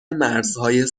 مرزهای